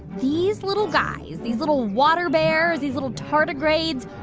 these little guys, these little water bears, these little tardigrades,